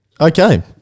Okay